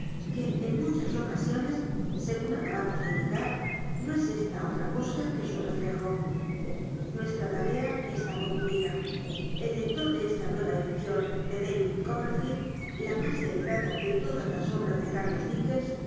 que en mucha está concluida segun acabam os de indica r no es esta otra cosa que su refl ejo nuestm tarea las obras de el lector de esta nuera edicion de david copper teld la mas celebrada de todas rúpido ó incomcárlos dickens